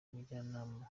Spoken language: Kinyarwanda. mujyanama